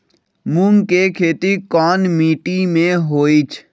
मूँग के खेती कौन मीटी मे होईछ?